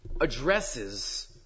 addresses